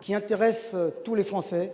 qui intéresse tous les Français,